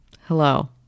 Hello